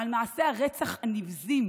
על מעשי הרצח הנבזיים